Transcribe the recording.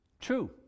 True